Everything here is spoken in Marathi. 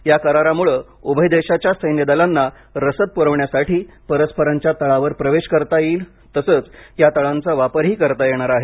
या करारामुळे उभय देशांच्या सैन्यदलांना रसद पुरवण्याठ्यासाठी परस्परांच्या तळावर प्रवेश करता येईल तसंच या तळांचा वापरही करता येणार आहे